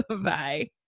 Bye